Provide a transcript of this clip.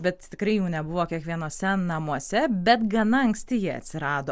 bet tikrai jų nebuvo kiekvienuose namuose bet gana anksti jie atsirado